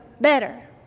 better